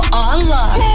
online